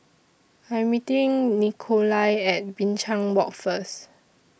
I'm meeting Nikolai At Binchang Walk First